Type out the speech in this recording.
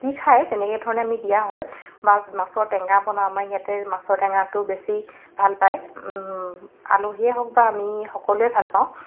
যি খায় তেনেকুৱা ধৰণে আমি দিয়া হয় বা মাছৰ টেঙা বনাও আমাৰ ইয়াতে মাছৰ টেঙাটো বেছি ভাল পায় আলহীয়ে হওক বা আমি সকলোৱে ভাল পাওঁ